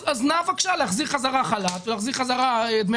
אז נא בבקשה להחזיר חזרה חל"ת ולהחזיר חזרה דמי